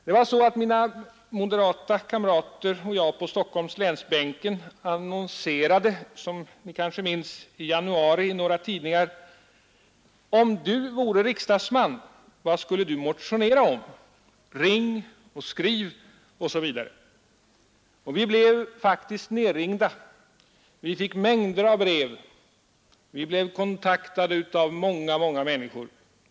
Det var så att mina moderata kamrater och jag på Stockholmslänsbänken annonserade, som några kanske minns, i januari i några tidningar: OM DU VORE RIKSDAGSMAN — VAD SKULLE DU MOTIONERA OM? Ring eller skriv osv. Vi blev faktiskt nedringda, vi fick mängder av brev, vi blev kontaktade av många, många människor.